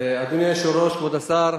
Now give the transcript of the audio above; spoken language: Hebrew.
אדוני היושב-ראש, כבוד השר,